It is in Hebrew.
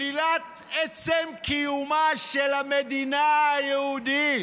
שלילת עצם קיומה של המדינה היהודית.